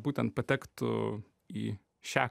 būtent patektų į šią